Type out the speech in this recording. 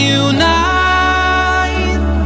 unite